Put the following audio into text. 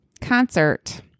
concert